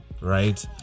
right